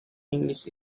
english